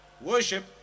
worship